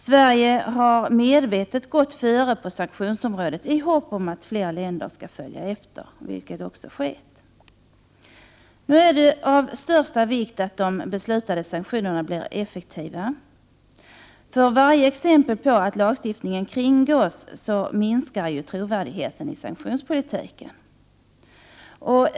Sverige har medvetet gått före på sanktionsområdet i hopp om att fler länder skall följa efter, vilket också skett. Det är av största vikt att de beslutade sanktionerna blir effektiva. Varje exempel på att lagstiftningen kringgås minskar trovärdigheten i sanktionspolitiken.